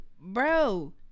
bro